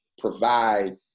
provide